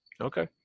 okay